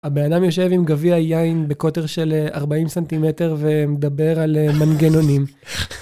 הבן אדם יושב עם גביע יין בקוטר של 40 סנטימטר ומדבר על מנגנונים.